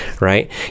right